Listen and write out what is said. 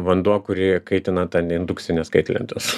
vanduo kurį kaitina ten indukcinės kaitlentės